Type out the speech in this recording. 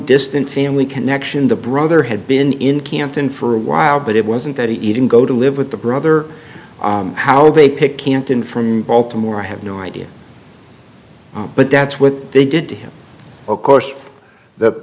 distant family connection the brother had been in canton for a while but it wasn't that he even go to live with the brother how they picked canton from baltimore i have no idea but that's what they did to him of course that